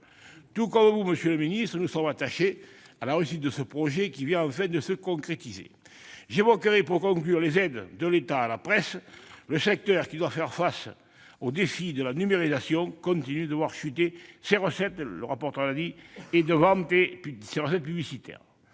Tout comme vous, monsieur le ministre, nous sommes attachés à la réussite de ce projet qui vient enfin de se concrétiser. J'évoquerai pour conclure les aides de l'État à la presse. Ce secteur, qui doit faire face au défi de la numérisation, continue de voir chuter ses recettes de vente et ses recettes publicitaires.